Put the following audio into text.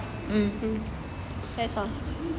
mm